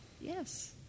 yes